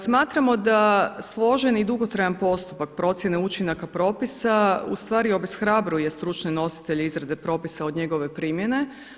Smatramo da složen i dugotrajan postupak procjene učinaka propisa ustvari obeshrabruje stručne nositelje izrade propisa od njegove primjene.